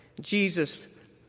Jesus